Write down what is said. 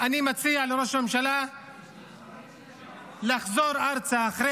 אני מציע לראש הממשלה לחזור ארצה אחרי